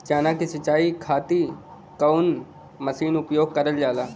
चना के सिंचाई खाती कवन मसीन उपयोग करल जाला?